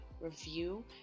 review